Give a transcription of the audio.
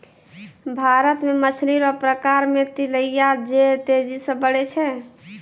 भारत मे मछली रो प्रकार मे तिलैया जे तेजी से बड़ै छै